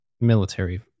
military